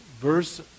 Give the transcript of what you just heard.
verse